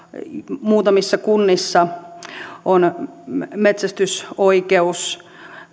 muutamissa kunnissa on metsästysoikeus